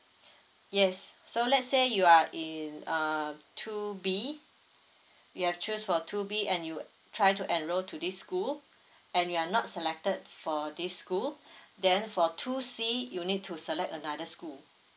yes so let's say you are in uh two B you have choose for two B and you try to enroll to this school and you are not selected for this school then for two C you need to select another school